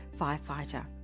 firefighter